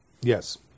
Yes